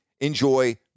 enjoy